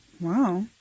Wow